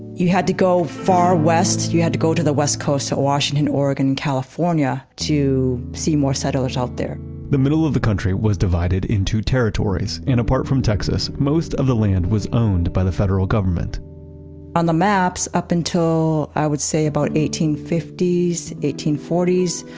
you had to go far west, you had to go to the west coast to washington, oregon, and california to see more settlers out there the middle of the country was divided into territories, and apart from texas most of the land was owned by the federal government on the maps up until i would say about eighteen fifty s, eighteen forty s,